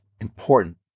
important